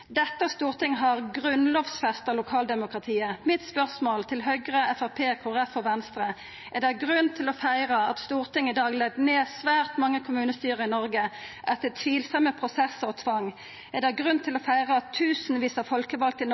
Dette stortinget har grunnlovfesta lokaldemokratiet. Mitt spørsmål til Høgre, Framstegspartiet, Kristeleg Folkeparti og Venstre er: Er det grunn til å feira at Stortinget i dag legg ned svært mange kommunestyre i Noreg, etter tvilsame prosessar og tvang? Er det grunn til å feira at tusenvis av folkevalde i